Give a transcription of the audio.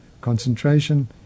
concentration